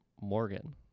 Morgan